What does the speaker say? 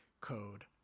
code